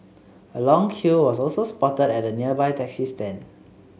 a long queue was also spotted at the nearby taxi stand